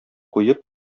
куеп